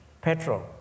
petrol